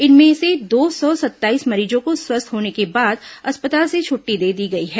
इनमें से दो सौ सत्ताईस मरीजों को स्वस्थ होने के बाद अस्पताल से छुट्टी दे दी गई है